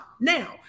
Now